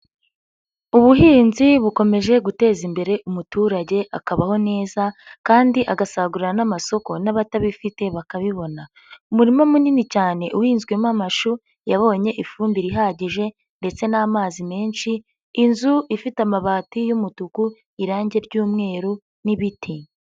Ubuhinzi bukomeje guteza imbere umuturage akabaho neza kandi agasagurana n'amasoko n'abatabifite bakabibona. Umurima munini cyane uhinzwemo amashu yabonye ifumbire ihagije ndetse n'amazi menshi, inzu ifite amabati y'umutuku irangi ry'umweru n'ibiti.